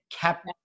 kept